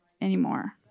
anymore